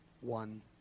one